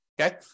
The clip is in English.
Okay